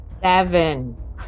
Seven